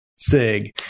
sig